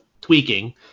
tweaking